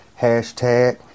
Hashtag